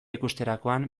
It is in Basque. ikusterakoan